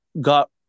got